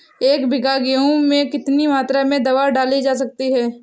एक बीघा गेहूँ में कितनी मात्रा में दवा डाली जा सकती है?